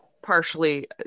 partially